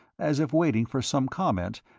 as if waiting for some comment,